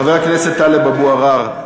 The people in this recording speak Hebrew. חבר הכנסת טלב אבו עראר,